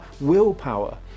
willpower